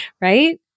right